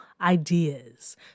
ideas